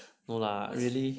no lah really